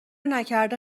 نکرده